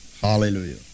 Hallelujah